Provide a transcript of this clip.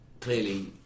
clearly